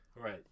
Right